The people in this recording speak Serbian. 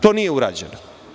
To nije urađeno.